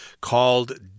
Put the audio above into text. called